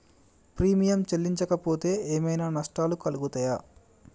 Premium చెల్లించకపోతే ఏమైనా నష్టాలు కలుగుతయా?